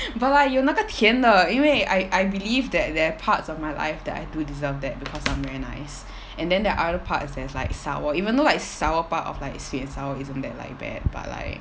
but like 有那个甜的因为 I I believe that there are parts of my life that I do deserve that because I'm very nice and then there are other parts that's like sour even though like sour part of like sweet and sour isn't that like bad but like